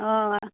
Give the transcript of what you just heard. অঁ